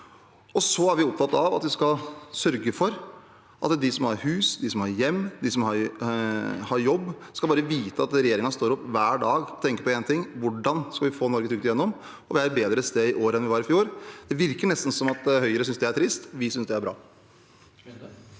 Så er vi opptatt av at vi skal sørge for at de som har hus, de som har hjem, de som har jobb, skal vite at regjeringen står opp hver dag og tenker på én ting: Hvordan skal vi få Norge trygt igjennom? Vi er på et bedre sted i år enn vi var i fjor. Det virker nesten som at Høyre synes det er trist. Vi synes det er bra.